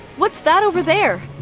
what's that over there?